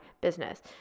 business